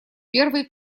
первый